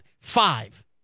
five